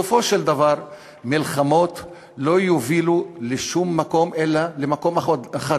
בסופו של דבר מלחמות לא יובילו לשום מקום אלא למקום אחד,